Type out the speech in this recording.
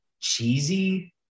cheesy